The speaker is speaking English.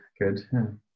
good